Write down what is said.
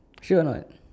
sure a not